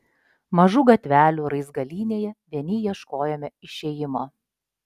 mažų gatvelių raizgalynėje vieni ieškojome išėjimo